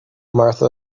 martha